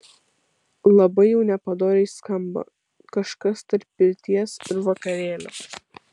labai jau nepadoriai skamba kažkas tarp pirties ir vakarėlio